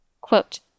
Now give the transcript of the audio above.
Quote